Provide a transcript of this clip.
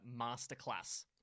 Masterclass